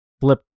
flip